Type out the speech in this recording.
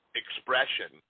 expression